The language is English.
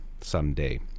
someday